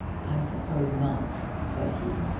i suppose not, said he.